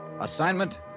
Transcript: Assignment